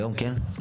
היום, כן?